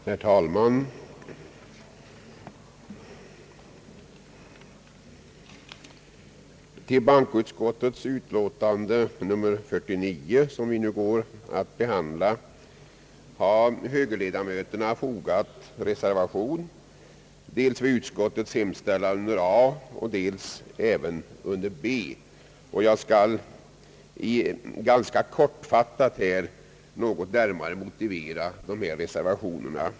Herr talman! Till bankoutskottets utlåtande nr 49, som vi nu går att behandla, har högerledamöterna fogat reservationer — vid hemställan under A och B. Jag skall ganska kortfattat närmare motivera dessa reservationer.